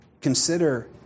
consider